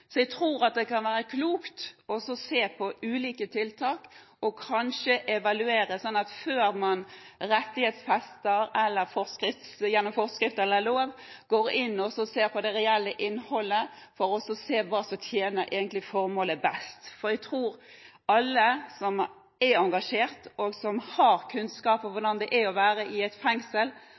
kan være klokt å se på ulike tiltak, og kanskje evaluere, slik at man før man rettighetsfester gjennom forskrift eller lov, går inn og ser på det reelle innholdet for å se på hva som egentlig tjener formålet best. For jeg tror alle som er engasjert, og som har kunnskap om hvordan det er å være i et fengsel